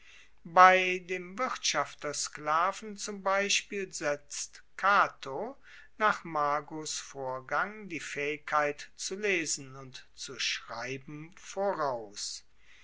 bei dem wirtschaftersklaven zum beispiel setzt cato nach magos vorgang die faehigkeit zu lesen und zu schreiben voraus